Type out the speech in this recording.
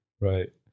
right